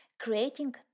Creating